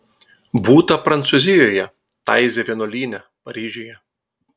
būta prancūzijoje taizė vienuolyne paryžiuje